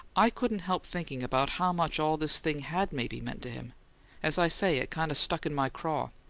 i couldn't help thinking about how much all this thing had maybe meant to him as i say, it kind of stuck in my craw.